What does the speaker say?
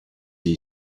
die